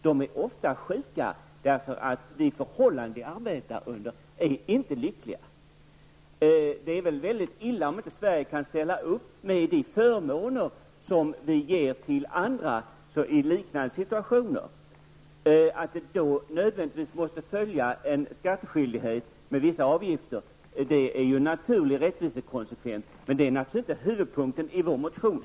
De är ofta sjuka eftersom de förhållanden som de arbetar under inte är särskilt bra. Det vore mycket illa om Sverige inte skulle kunna ställa upp med de förmåner som ges till andra i liknande situationer. Att det nödvändigtvis måste följa en skatteskyldighet med vissa avgifter är en naturlig rättvisekonsekvens. Detta är dock inte huvudpunkten i vår motion.